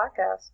podcast